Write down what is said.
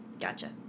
Gotcha